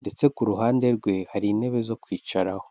ndetse ku ruhande rwe hari intebe zo kwicaraho.